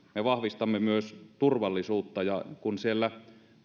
vahvistamme myös turvallisuutta ja kun siellä